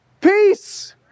Peace